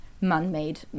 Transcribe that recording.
man-made